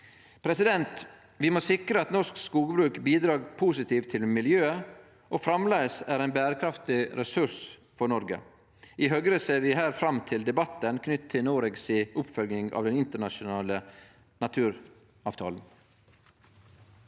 skogvernet. Vi må sikre at norsk skogbruk bidreg positivt til miljøet og framleis er ein berekraftig ressurs for Noreg. I Høgre ser vi her fram til debatten knytt til Noregs oppfølging av den internasjonale naturavtalen.